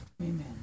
Amen